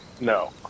no